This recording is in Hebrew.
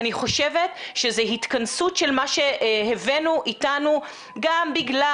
אני חושבת שזה התכנסות של מה שהבאנו איתנו גם בגלל